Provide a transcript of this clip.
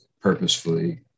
purposefully